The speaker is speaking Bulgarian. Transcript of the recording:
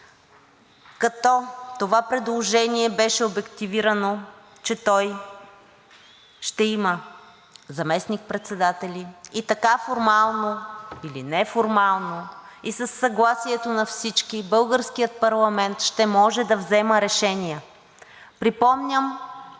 като това предложение беше обективирано, че той ще има заместник-председатели и така формално или неформално и със съгласието на всички българският парламент ще може да взема решения. Припомням,